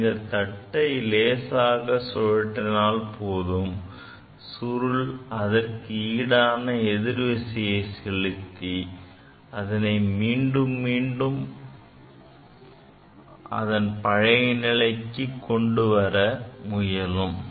நீங்கள் தட்டை லேசாக சுற்றினால் போதும் சுருள் அதற்கு ஈடான எதிர் விசையை செலுத்தி அதனை மீண்டும் அதன் பழைய நிலைக்கு கொண்டுவர முயலும்